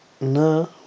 No